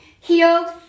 healed